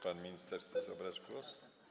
Pan minister chce zabrać głos?